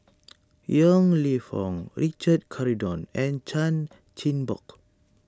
Yong Lew Foong Richard Corridon and Chan Chin Bock